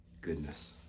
Goodness